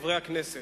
חברי הכנסת,